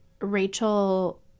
Rachel